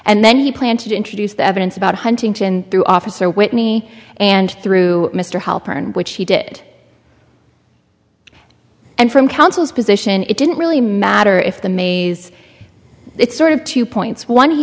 and then he planned to introduce the evidence about huntington through officer whitney and through mr halpern which he did and from counsel's position it didn't really matter if the mayes it's sort of two points one he